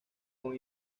con